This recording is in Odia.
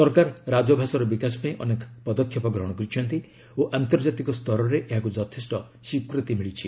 ସରକାର ରାଜଭାଷାର ବିକାଶ ପାଇଁ ଅନେକ ପଦକ୍ଷେପ ଗ୍ରହଣ କରିଛନ୍ତି ଓ ଆନ୍ତର୍ଜାତିକ ସ୍ତରରେ ଏହାକୁ ଯଥେଷ୍ଟ ସ୍ୱୀକୃତି ମିଳିଛି